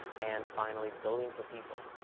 and finally, building for people.